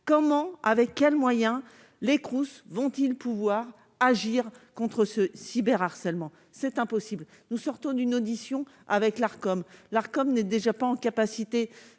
comment, avec quels moyens les croûtes vont-ils pouvoir agir contre ce cyber harcèlement c'est impossible, nous sortons d'une audition avec l'art comme l'ARCOM n'est déjà pas en capacité